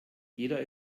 jeder